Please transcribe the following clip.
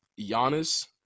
Giannis